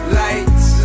lights